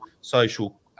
social